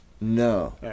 No